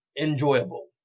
enjoyable